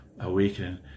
awakening